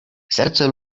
serce